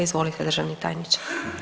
Izvolite državni tajniče.